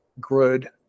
good